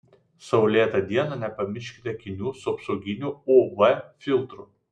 saulėtą dieną nepamirškite akinių su apsauginiu uv filtru